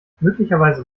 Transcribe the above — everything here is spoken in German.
möglicherweise